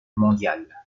mondiale